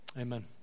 Amen